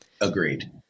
Agreed